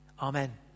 Amen